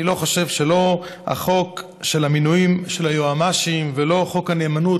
אני לא חושב שלא החוק של המינויים של היועמ"שים ולא חוק הנאמנות,